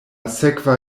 sekva